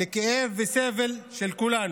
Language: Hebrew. לכאב ולסבל של כולנו.